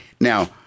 Now